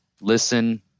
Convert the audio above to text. listen